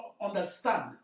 understand